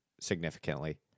significantly